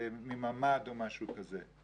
מממ"ד או משהו כזה,